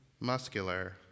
muscular